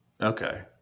Okay